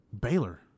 Baylor